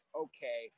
okay